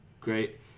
great